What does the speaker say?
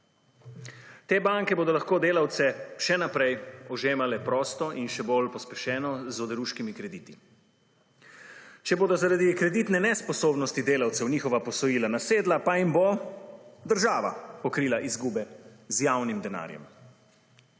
Te banke bodo lahko delavce še naprej ožemale prosto in še bolj pospešeno z oderuškimi krediti. Če bodo zaradi kreditne nesposobnosti delavcev njihova posojila nasedla, pa jim bo država pokrila izgube 61.